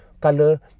color